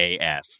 AF